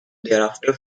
thereafter